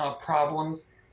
problems